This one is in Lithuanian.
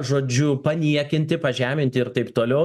žodžiu paniekinti pažeminti ir taip toliau